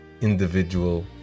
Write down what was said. individual